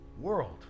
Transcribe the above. world